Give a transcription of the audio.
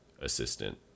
assistant